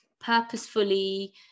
purposefully